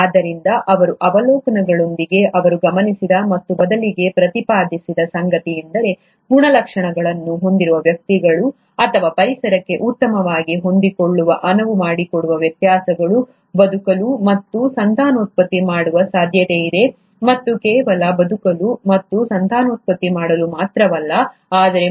ಆದ್ದರಿಂದ ಅವರ ಅವಲೋಕನಗಳೊಂದಿಗೆ ಅವರು ಗಮನಿಸಿದ ಮತ್ತು ಬದಲಿಗೆ ಪ್ರತಿಪಾದಿಸಿದ ಸಂಗತಿಯೆಂದರೆ ಗುಣಲಕ್ಷಣಗಳನ್ನು ಹೊಂದಿರುವ ವ್ಯಕ್ತಿಗಳು ಅಥವಾ ಪರಿಸರಕ್ಕೆ ಉತ್ತಮವಾಗಿ ಹೊಂದಿಕೊಳ್ಳಲು ಅನುವು ಮಾಡಿಕೊಡುವ ವ್ಯತ್ಯಾಸಗಳು ಬದುಕಲು ಮತ್ತು ಸಂತಾನೋತ್ಪತ್ತಿ ಮಾಡುವ ಸಾಧ್ಯತೆಯಿದೆ ಮತ್ತು ಕೇವಲ ಬದುಕಲು ಮತ್ತು ಸಂತಾನೋತ್ಪತ್ತಿ ಮಾಡಲು ಮಾತ್ರವಲ್ಲ ಆದರೆ